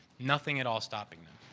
nothing at all stopping them.